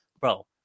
bro